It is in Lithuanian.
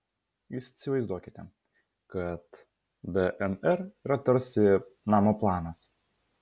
įsivaizduokite kad dnr yra tarsi namo planas